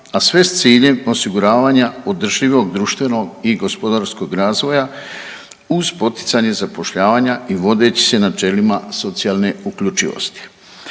a sve s ciljem osiguravanja održivog društvenog i gospodarskog razvoja uz poticanje zapošljavanja i vodeći se načelima socijalne uključivosti.